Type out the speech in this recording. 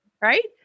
right